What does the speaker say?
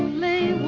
my